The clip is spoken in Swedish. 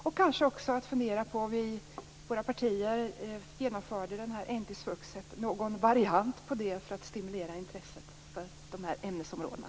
Kanske kan vi också fundera på om våra partier kunde genomföra någon variant på NT-svux för att stimulera intresset för de aktuella ämnesområdena.